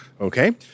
okay